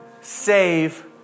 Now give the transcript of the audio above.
save